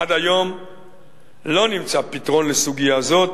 עד היום לא נמצא פתרון לסוגיה זאת.